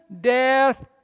death